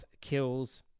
kills